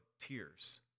tears